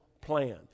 plan